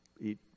eat